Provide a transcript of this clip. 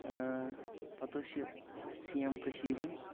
اۭ پتہٕ ٲس یہِ سی ایم کٔشیٖر ہِنٛز